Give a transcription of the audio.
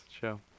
show